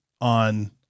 on